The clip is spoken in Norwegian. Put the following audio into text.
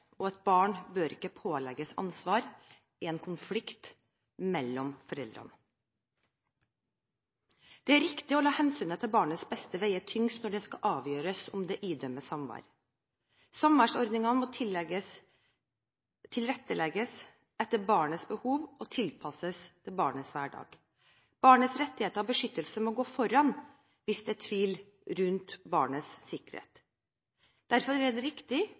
og et barn bør ikke pålegges ansvar i en konflikt mellom foreldrene. Det er riktig å la hensynet til barnets beste veie tyngst når det skal avgjøres om det idømmes samvær. Samværsordningen må tilrettelegges etter barnets behov og tilpasses barnets hverdag. Barnets rettigheter og beskyttelse må gå foran hvis det er tvil rundt barnets sikkerhet. Derfor er det riktig